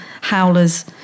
howlers